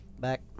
Back